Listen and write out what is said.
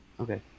Okay